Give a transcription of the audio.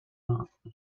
not